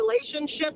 relationship